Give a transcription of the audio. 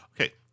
Okay